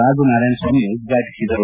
ರಾಜು ನಾರಾಯಣಸ್ವಾಮಿ ಉದ್ಘಾಟಿಸಿದರು